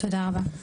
תודה רבה.